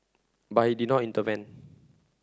but he did not intervene